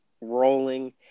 rolling